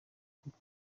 kuko